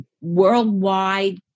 worldwide